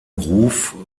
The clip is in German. ruf